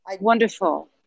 wonderful